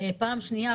פעם שנייה,